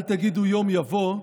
אל תגידו יום יבוא,